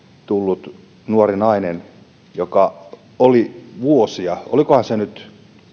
tullut nuori nainen joka oli vuosia olikohan se nyt